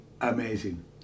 amazing